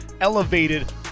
elevated